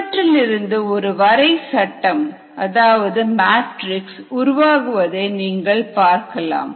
இவற்றிலிருந்து ஒரு வரைசட்டம் அதாவது மேட்ரிக்ஸ் உருவாகுவதை நீங்கள் பார்க்கலாம்